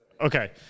Okay